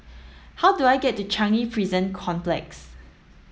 how do I get to Changi Prison Complex